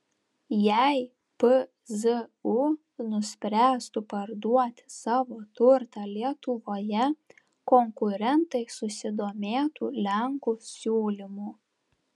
jei pzu nuspręstų parduoti savo turtą lietuvoje konkurentai susidomėtų lenkų siūlymu